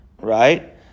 right